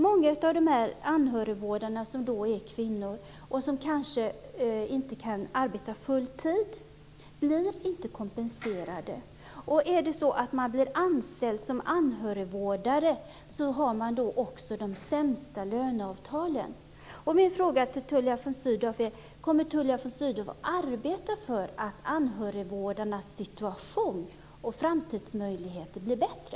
Många av dessa anhörigvårdare som är kvinnor och som kanske inte kan arbeta full tid blir inte kompenserade. Om man blir anställd som anhörigvårdare har man också de sämsta löneavtalen. Min fråga är: Kommer Tullia von Sydow att arbeta för att anhörigvårdarnas situation och framtidsmöjligheter blir bättre?